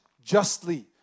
justly